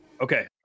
Okay